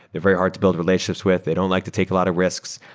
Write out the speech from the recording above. they've very hard to build relationships with. they don't like to take a lot of risks.